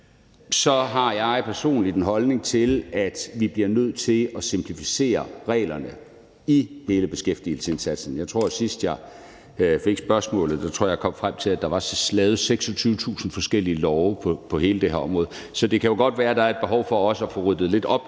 Så har jeg personligt en holdning om, at vi bliver nødt til at simplificere reglerne i hele beskæftigelsesindsatsen. Jeg tror, at jeg, sidst jeg fik spørgsmålet, kom frem til, at der var lavet 26.000 forskellige love på hele det her område. Så det kan jo godt være, at der også er et behov for at få ryddet lidt op